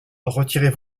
retirez